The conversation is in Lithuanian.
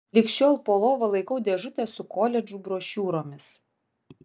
lig šiol po lova laikau dėžutę su koledžų brošiūromis